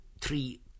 three